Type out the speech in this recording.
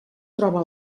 troba